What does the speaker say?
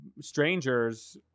strangers